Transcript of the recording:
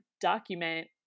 document